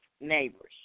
neighbors